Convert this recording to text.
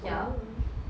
oh